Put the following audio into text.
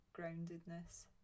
groundedness